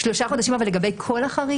שלושה חודשים, אבל לגבי כל החריג?